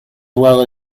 well